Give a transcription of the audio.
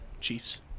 Chiefs